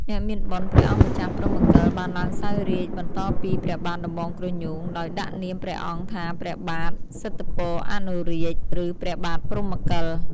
អ្នកមានបុណ្យ ព្រះអង្គម្ចាស់ព្រហ្មកិល បានឡើងសោយរាជ្យបន្តពីព្រះបាទដំបងក្រញូង ដោយដាក់នាមព្រះអង្គថាព្រះបាទសិទ្ធពអនុរាជ ឬព្រះបាទព្រហ្មកិល។